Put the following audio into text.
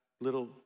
little